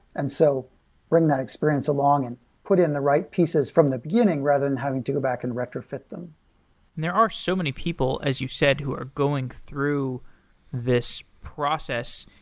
and so bringing that experience along and put it in the right pieces from the beginning, rather than having to go back and retrofit them there are so many people, as you said, who are going through this process.